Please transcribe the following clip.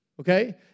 Okay